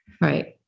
Right